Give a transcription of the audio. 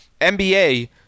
NBA